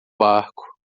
barco